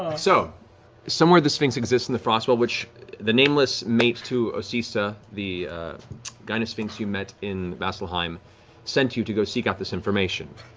so somewhere the sphinx exists in the frostweald, which the nameless mate to osysa, the gynosphinx you met in vasselheim sent you to go seek out this information.